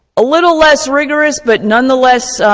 a little less rigorous but nonetheless,